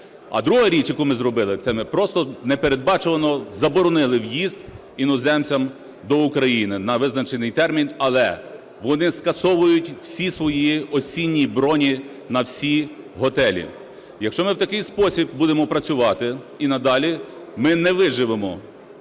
А друга річ, яку ми зробили, це ми просто непередбачувано заборонили в'їзд іноземцям до України на визначений термін. Але вони скасовують усі свої осінні броні на всі готелі. Якщо ми в такий спосіб будемо працювати і надалі, ми не виживемо,